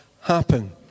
happen